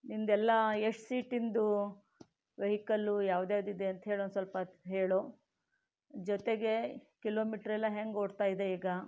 ನಿಂದೆಲ್ಲ ಎಷ್ಟು ಸೀಟಿನದು ವೆಹಿಕಲ್ಲು ಯಾವುದ್ಯಾವ್ದು ಇದೆ ಅಂಥೇಳಿ ಒಂದು ಸ್ವಲ್ಪ ಹೇಳು ಜೊತೆಗೇ ಕಿಲೋಮೀಟರ್ ಎಲ್ಲ ಹೇಗೆ ಓಡ್ತಾಯಿದೆ ಈಗ